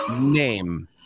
name